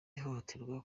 ihohotera